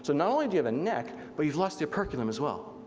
so not only do you have a neck, but you've lost the operculum as well.